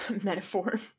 metaphor